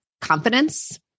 confidence